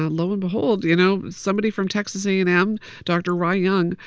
ah lo and behold, you know, somebody from texas a and m, dr. ry young,